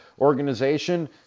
organization